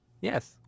Yes